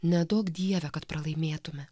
neduok dieve kad pralaimėtume